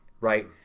right